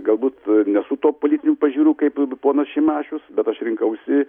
galbūt nesu tuo politinių pažiūrų kaip ponas šimašius bet aš rinkausi